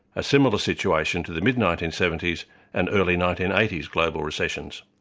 a similar situation to the mid nineteen seventy s and early nineteen eighty s global recessions.